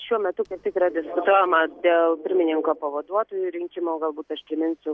šiuo metu yra diskutuojama dėl pirmininko pavaduotojų rinkimo galbūt aš priminsiu